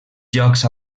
jocs